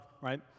right